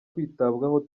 kwitabwaho